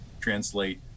translate